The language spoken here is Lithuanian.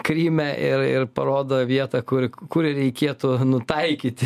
kryme ir ir parodo vietą kur kur reikėtų nutaikyti